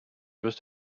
just